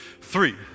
three